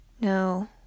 No